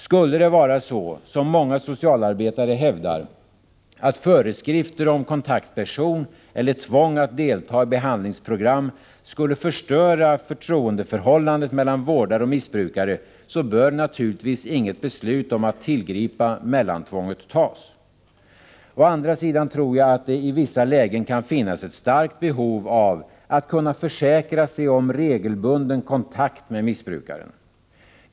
Skulle det vara så som många socialarbetare hävdar, att föreskrifter om kontaktperson eller tvång att delta i behandlingsprogram skulle förstöra förtroendeförhållandet mellan vårdare och missbrukare, så bör naturligtvis inget beslut om att tillgripa mellantvånget tas. Å andra sidan tror jag att det i vissa lägen kan finnas ett starkt behov av att kunna försäkra sig om regelbunden kontakt med missbrukaren.